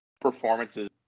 performances